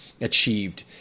achieved